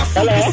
Hello